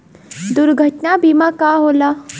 दुर्घटना बीमा का होला?